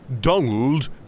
Donald